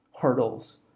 hurdles